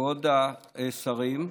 כבוד השרים,